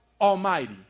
Almighty